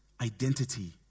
identity